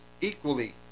equally